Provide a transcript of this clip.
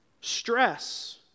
stress